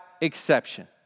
exception